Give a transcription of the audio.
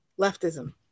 leftism